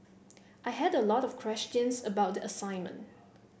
I had a lot of questions about the assignment